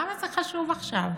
למה זה חשוב עכשיו?